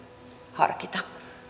harkita